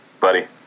buddy